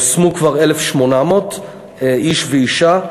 הושמו כבר 1,800 איש ואישה,